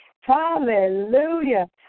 Hallelujah